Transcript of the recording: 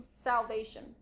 salvation